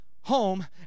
home